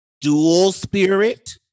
dual-spirit